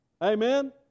Amen